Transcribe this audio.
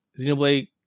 xenoblade